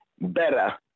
better